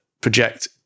project